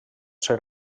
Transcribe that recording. ser